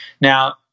Now